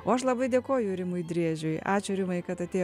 o aš labai dėkoju rimui driežiui ačiū rimai kad atėjot